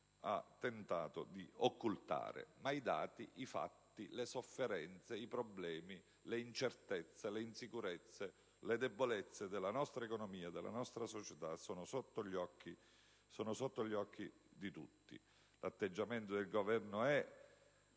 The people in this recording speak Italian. può tentare di occultare. Ma i dati, i fatti, le sofferenze, i problemi, le incertezze, le insicurezze, le debolezze della nostra economia e della nostra società sono sotto gli occhi di tutti. L'atteggiamento del Governo è: